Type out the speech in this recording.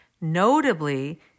Notably